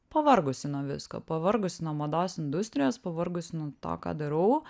pavargusi nuo visko pavargusi nuo mados industrijos pavargusi nuo to ką darau